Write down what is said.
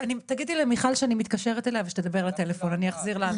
שנים היה קשה למצוא מישהו שיהיה ראש